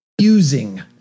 using